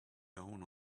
down